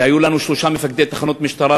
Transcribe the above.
והיו לנו שלושה מפקדי תחנות משטרה,